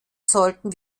sollten